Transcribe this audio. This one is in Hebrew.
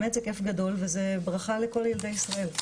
באמת זה כיף גדול וזו ברכה לכל ילדי ישראל,